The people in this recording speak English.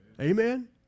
Amen